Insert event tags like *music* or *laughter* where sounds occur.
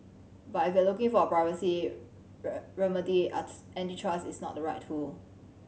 but if you're looking for a privacy *unintelligible* antitrust is not the right tool